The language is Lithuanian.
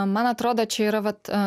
man atrodo čia yra vat